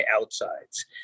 outsides